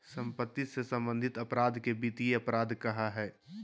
सम्पत्ति से सम्बन्धित अपराध के वित्तीय अपराध कहइ हइ